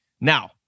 Now